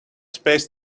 space